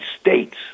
states